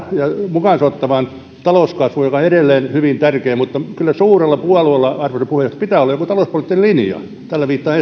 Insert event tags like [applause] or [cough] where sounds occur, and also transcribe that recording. mukaan ottavaan talouskasvuun joka on edelleen hyvin tärkeä mutta kyllä suurella puolueella arvoisa puheenjohtaja pitää olla joku talouspoliittinen linja tällä viittaan [unintelligible]